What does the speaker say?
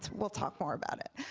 we'll talk more about it.